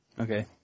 Okay